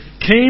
came